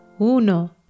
Uno